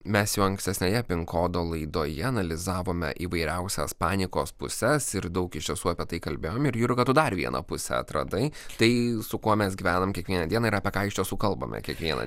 mes jau ankstesnėje pin kodo laidoje analizavome įvairiausias panikos puses ir daug iš tiesų apie tai kalbėjom ir jurga tu dar vieną pusę atradai tai su kuo mes gyvenam kiekvieną dieną ir apie ką iš tiesų kalbame kiekvieną